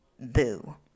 boo